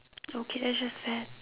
okay that's just sad